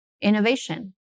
innovation